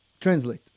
translate